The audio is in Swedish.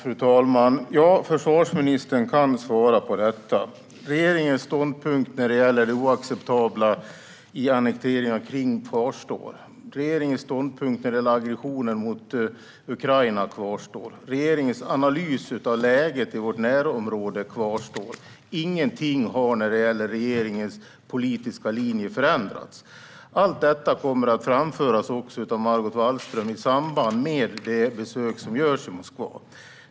Fru talman! Ja, försvarsministern kan svara på detta. Regeringens ståndpunkt när det gäller det oacceptabla i annekteringen av Krim kvarstår. Regeringens ståndpunkt när det gäller aggressionen mot Ukraina kvarstår. Regeringens analys av läget i vårt närområde kvarstår. Ingenting har, när det gäller regeringens politiska linje, förändrats. Allt detta kommer att framföras också av Margot Wallström i samband med det besök som görs i Moskva.